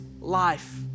life